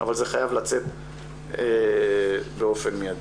אבל זה חייב לצאת באופן מיידי.